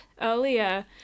earlier